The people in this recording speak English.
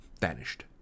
vanished